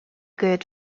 good